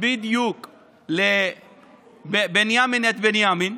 בדיוק לבנימין את בנימין,